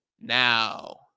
now